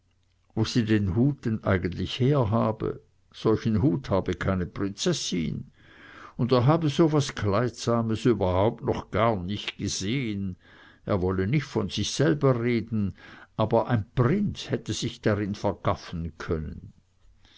wo sie den hut denn eigentlich herhabe solchen hut habe keine prinzessin und er habe so was kleidsames überhaupt noch gar nicht gesehn er wolle nicht von sich selber reden aber ein prinz hätte sich drin vergaffen können